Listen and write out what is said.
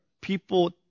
people